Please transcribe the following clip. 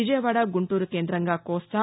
విజయవాడ గుంటూరు కేంద్రంగా కోస్తా